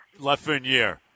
Lafreniere